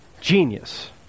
Genius